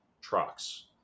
trucks